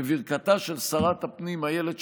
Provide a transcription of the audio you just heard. בברכת שרת הפנים אילת שקד,